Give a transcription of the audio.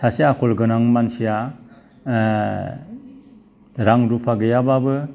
सासे आखल गोनां मानसिया रां रुफा गैयाबाबो